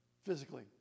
Physically